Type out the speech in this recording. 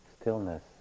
stillness